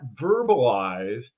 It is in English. verbalize